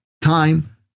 time